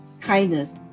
kindness